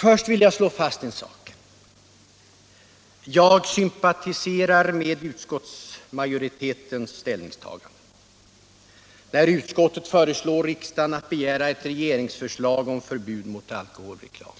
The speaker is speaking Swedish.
Först vill jag slå fast en sak: Jag sympatiserar till stor del med utskottsmajoritetens ställningstagande, när utskottet föreslår riksdagen att begära ett regeringsförslag om förbud mot alkoholreklam.